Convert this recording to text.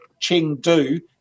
Chengdu